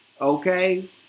okay